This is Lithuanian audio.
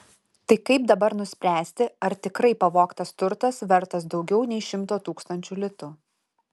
tai kaip dabar nuspręsti ar tikrai pavogtas turtas vertas daugiau nei šimto tūkstančių litų